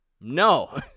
No